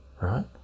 right